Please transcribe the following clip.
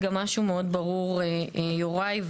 משהו ברור יוראי,